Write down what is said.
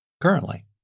currently